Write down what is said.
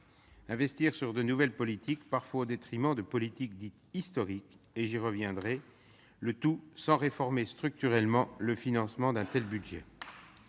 investissant sur de nouvelles politiques, parfois au détriment de politiques dites « historiques »- j'y reviendrai -, sans réformer structurellement le financement du budget.